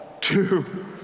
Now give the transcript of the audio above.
two